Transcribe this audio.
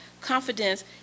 confidence